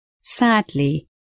Sadly